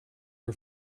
her